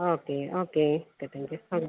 okay okay okay thank you ആ